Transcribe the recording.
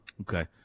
Okay